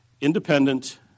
Independent